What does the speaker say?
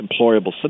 employable